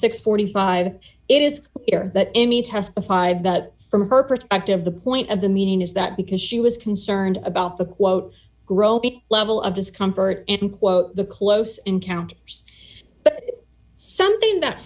and forty five it is there that any testified that from her perspective the point of the meeting is that because she was concerned about the quote groping level of discomfort in the close encounters something that